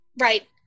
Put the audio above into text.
Right